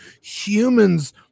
humans